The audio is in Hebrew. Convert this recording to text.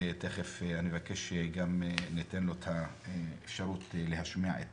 אני מבקש שגם ניתן לו את האפשרות להשמיע את